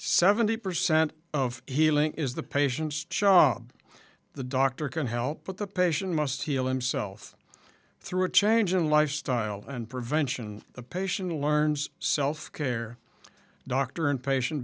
seventy percent of healing is the patient's job the doctor can help but the patient must heal himself through a change in lifestyle and prevention the patient learns self care doctor and patient